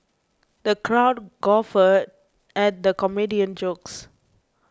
the crowd guffawed at the comedian's jokes